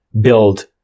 build